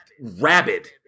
rabid